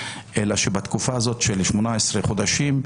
אלא שבתקופה הזאת של 18 חודשים,